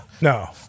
No